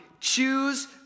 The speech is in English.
choose